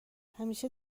همیشه